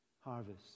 harvest